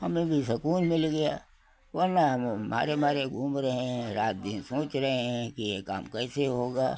हमें भी सकून मिल गया वरना हम मारे मारे घूम रहे हैं रात दिन सोच रहे हैं कि ये काम कैसे होगा